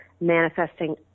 manifesting